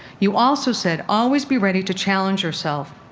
you also said, always be ready to challenge yourself,